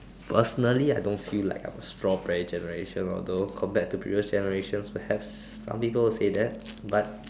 personally I don't feel like I'm a strawberry generation although compared to previous generations perhaps some people will say that but